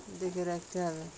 দেখে রাখতে হবে